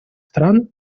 стран